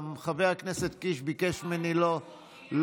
גם חבר הכנסת קיש ביקש ממני לא להוסיף.